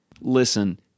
Listen